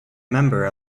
member